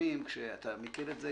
כשבא מישהו ואתה אומר לו: